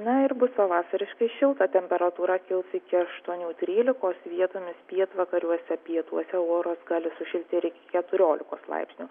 na ir bus pavasariškai šilta temperatūra kils iki aštuonių trylikos vietomis pietvakariuose pietuose oras gali sušilti ir iki keturiolikos laipsnių